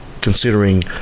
considering